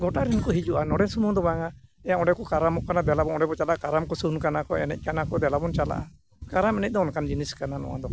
ᱜᱚᱴᱟ ᱨᱮᱱ ᱠᱚ ᱦᱤᱡᱩᱜᱼᱟ ᱱᱚᱸᱰᱮ ᱥᱩᱢᱩᱝ ᱫᱚ ᱵᱟᱝᱼᱟ ᱚᱸᱰᱮ ᱠᱚ ᱠᱟᱨᱟᱢᱚᱜ ᱠᱟᱱᱟ ᱫᱮᱞᱟᱵᱚᱱ ᱚᱸᱰᱮᱵᱚᱱ ᱪᱟᱞᱟᱜᱼᱟ ᱠᱟᱨᱟᱢ ᱠᱚ ᱥᱩᱱ ᱠᱟᱱᱟ ᱠᱚ ᱮᱱᱮᱡ ᱠᱟᱱᱟ ᱠᱚ ᱫᱮᱞᱟᱵᱚᱱ ᱪᱟᱞᱟᱜᱼᱟ ᱠᱟᱨᱟᱢ ᱮᱱᱮᱡ ᱫᱚ ᱚᱱᱠᱟᱱ ᱡᱤᱱᱤᱥ ᱠᱟᱱᱟ ᱱᱚᱣᱟ ᱫᱚ